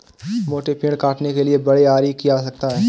मोटे पेड़ काटने के लिए बड़े आरी की आवश्यकता है